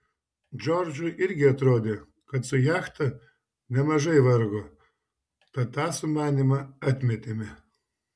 džordžui irgi atrodė kad su jachta nemažai vargo tad tą sumanymą atmetėme